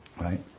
Right